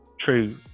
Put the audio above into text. true